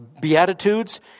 Beatitudes